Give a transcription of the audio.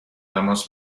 نماز